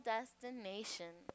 Destination